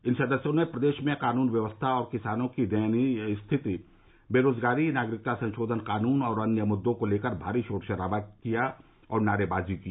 इन सदस्यों ने प्रदेश में कानून व्यवस्था और किसानों की दयनीय स्थिति बेरोजगारी नागरिकता संशोधन कानून और अन्य मुददों को लेकर भारी शोर शराबा किया और नारेबाजी की